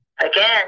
Again